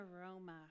aroma